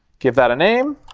give that a name.